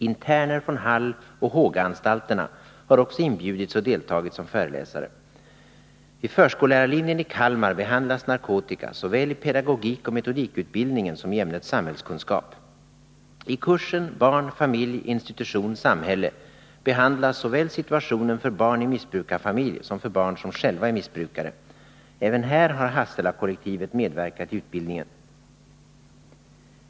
Interner från Halloch Hågaanstalterna har också inbjudits och deltagit som föreläsare. Vid förskollärarlinjen i Kalmar behandlas narkotika såväl i pedagogikoch metodikutbildningen som i ämnet samhällskunskap. I kursen barn-familjinstitution-samhälle behandlas situationen såväl för barn i missbrukarfamilj som för barn som själva är missbrukare. Även här har Hasselakollektivet medverkat i utbildningen.